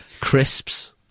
Crisps